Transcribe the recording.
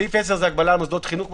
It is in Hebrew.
סעיף 10 מדבר על הגבלה על מוסדות חינוך.